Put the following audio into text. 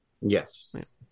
Yes